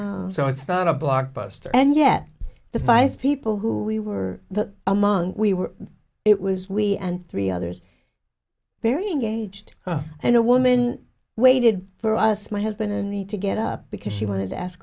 people so it's not a blockbuster and yet the five people who we were the among we were it was we and three others very engaged and a woman waited for us my husband in the to get up because she wanted to ask